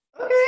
Okay